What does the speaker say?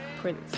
Prince